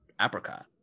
apricot